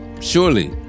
surely